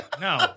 No